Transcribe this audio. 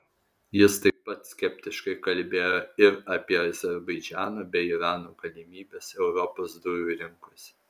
jis taip pat skeptiškai kalbėjo ir apie azerbaidžano bei irano galimybes europos dujų rinkose